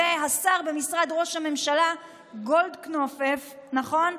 זה השר במשרד ראש הממשלה גולדקנופ, נכון?